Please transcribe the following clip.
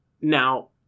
Now